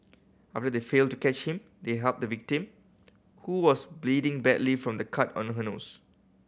after they failed to catch him they helped the victim who was bleeding badly from the cut on her nose